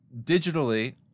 digitally